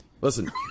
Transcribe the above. Listen